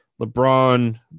LeBron